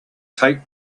take